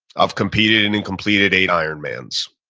i've competed in and completed eight ironmans,